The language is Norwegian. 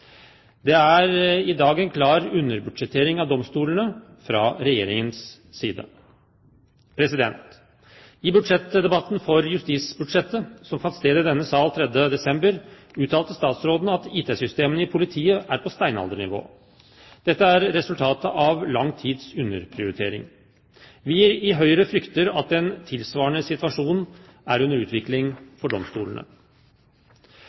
Det er i dag en klar underbudsjettering av domstolene fra Regjeringens side. I budsjettdebatten for justisbudsjettet, som fant sted i denne sal den 3. desember, uttalte statsråden at IKT-systemene i politiet er på steinaldernivå. Dette er resultatet av lang tids underprioritering. Vi i Høyre frykter at en tilsvarende situasjon er under